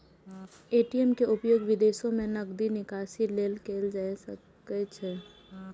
ATM के उपयोग विदेशो मे नकदी निकासी लेल कैल जा सकैत छैक